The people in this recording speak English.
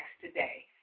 today